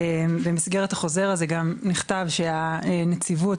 במסגרת החוזר הזה גם נכתב שהנציבות,